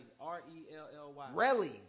R-E-L-L-Y